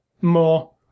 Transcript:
more